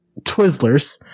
Twizzlers